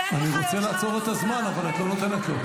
ואז הלכת הביתה והתברר --- אתה הרבה יותר גרוע מהשמאל,